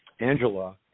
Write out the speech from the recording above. Angela